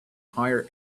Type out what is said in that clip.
hire